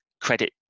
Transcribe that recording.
credit